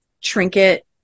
trinket